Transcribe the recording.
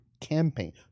campaign